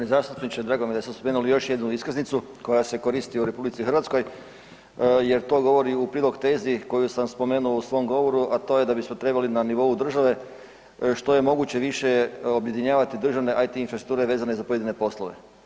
Poštovani zastupniče, drago mi je da ste spomenuli još jednu iskaznicu koja se koristi u RH jer to govori u prilog tezi koju sam spomenuo u svom govoru, a to je da bismo trebali na nivou države što je moguće više objedinjavati državne IT infrastrukture vezane za pojedine poslove.